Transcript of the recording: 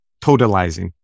totalizing